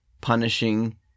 punishing